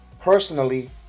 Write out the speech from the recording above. personally